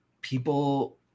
people